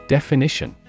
Definition